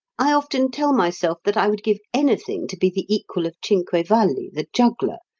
i often tell myself that i would give anything to be the equal of cinquevalli, the juggler,